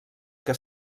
que